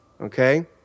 Okay